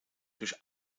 durch